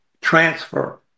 transfer